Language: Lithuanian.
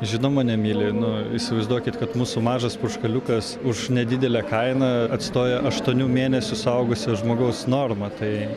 žinoma nemyli nu įsivaizduokit kad mūsų mažas užkaliukas už nedidelę kainą atstoja aštuonių mėnesių suaugusio žmogaus normą tai